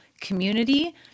community